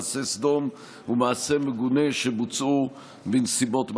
מעשה סדום ומעשה מגונה שבוצעו בנסיבות מחמירות.